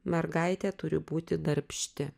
mergaitė turi būti darbšti